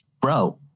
Bro